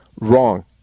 Wrong